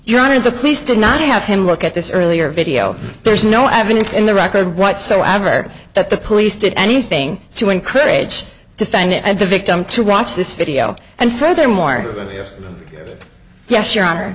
your honor the police did not have him look at this earlier video there's no evidence in the record whatsoever that the police did anything to encourage to find it and the victim to watch this video and furthermore yes your hon